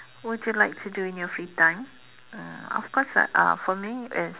what do you like to do in your free time uh of course uh for me it's